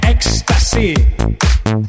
Ecstasy